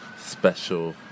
special